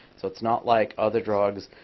so it's not like other drugs,